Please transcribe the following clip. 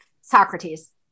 Socrates